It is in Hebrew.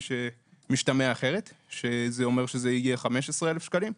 שמשתמע אחרת שזה אומר שזה יהיה 15,000 שקלים.